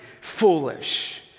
foolish